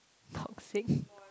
toxic